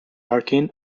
larkin